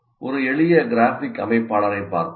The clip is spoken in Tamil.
ஒரு எளிய கிராஃபிக் அமைப்பாளரைப் பார்ப்போம்